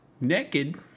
Naked